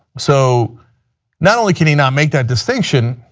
so not only can he not make that distinction,